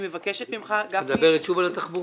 את מדברת שוב על התחבורה?